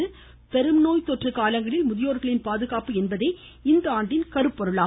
பெரும் நோய் தொற்று காலங்களில் முதியோர்களின் பாதுகாப்பு என்பதே இந்தாண்டின் கருப்பொருளாகும்